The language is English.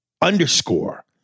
underscore